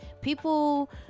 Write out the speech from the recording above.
people